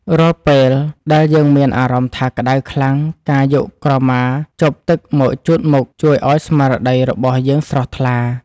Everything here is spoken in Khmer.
រាល់ពេលដែលយើងមានអារម្មណ៍ថាក្តៅខ្លាំងការយកក្រមាជប់ទឹកមកជូតមុខជួយឱ្យស្មារតីរបស់យើងស្រស់ថ្លា។